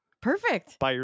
Perfect